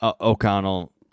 O'Connell